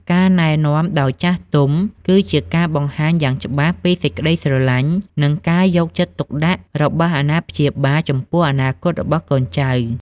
ការណែនាំដោយចាស់ទុំគឺជាការបង្ហាញយ៉ាងច្បាស់ពីសេចក្ដីស្រឡាញ់ និងការយកចិត្តទុកដាក់របស់អាណាព្យាបាល ចំពោះអនាគតរបស់កូនចៅ។